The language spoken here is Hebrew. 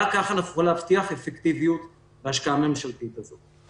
רק ככה אנחנו יכולים להבטיח אפקטיביות בהשקעה הממשלתית הזאת.